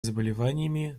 заболеваниями